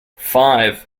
five